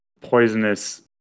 poisonous